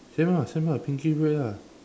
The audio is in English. same lah same lah pinkish red lah